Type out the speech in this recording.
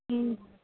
ம்